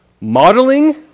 Modeling